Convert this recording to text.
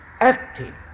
acting